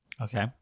Okay